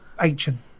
ancient